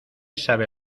sabe